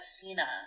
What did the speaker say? Athena